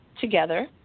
together